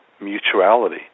mutuality